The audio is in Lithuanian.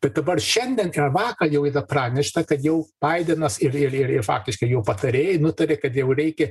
bet dabar šiandien ar vakar jau yra pranešta kad jau baidenas ir ir ir ir faktiškai jo patarėjai nutarė kad jau reikia